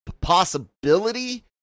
possibility